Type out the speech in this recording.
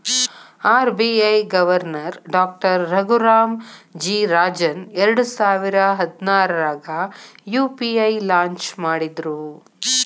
RBI governor doctor Raghuram G Rajan ಎರಡಸಾವಿರ ಹದ್ನಾರಾಗ UPI launch ಮಾಡಿದ್ರು